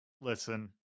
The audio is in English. listen